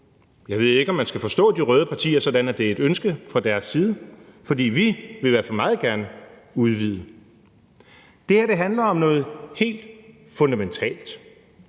Jeg ved ikke, om man skal forstå de røde partier sådan, at det er et ønske fra deres side. For vi vil i hvert fald meget gerne udvide. Det her handler om noget helt fundamentalt: